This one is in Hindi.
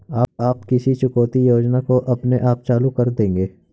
आप किस चुकौती योजना को अपने आप चालू कर देंगे?